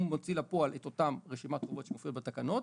מוציא לפועל את אותה רשימת חובות שמופיעה בתקנות,